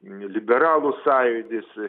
liberalų sąjūdis